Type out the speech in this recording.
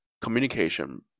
communication